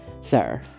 Sir